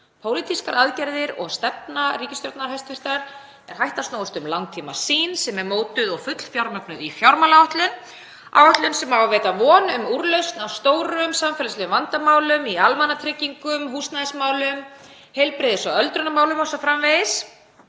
Pólitískar aðgerðir og stefna ríkisstjórnarinnar er hætt að snúast um langtímasýn sem er mótuð og fullfjármögnuð í fjármálaáætlun, áætlun sem á að veita von um úrlausn á stórum samfélagslegum vandamálum; í almannatryggingum, húsnæðismálum, heilbrigðis- og öldrunarmálum o.s.frv.